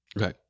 Okay